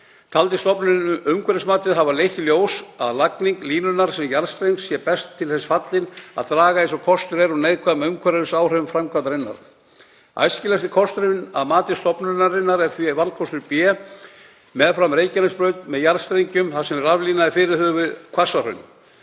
Taldi stofnunin umhverfismatið hafa leitt í ljós að lagning línunnar sem jarðstrengs sé best til þess fallin að draga eins og kostur er úr neikvæðum umhverfisáhrifum framkvæmdarinnar. Æskilegasti kosturinn að mati stofnunarinnar sé því valkostur B meðfram Reykjanesbraut með jarðstrengjum þar sem raflínan er fyrirhuguð við Hvassahraun.